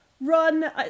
run